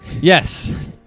Yes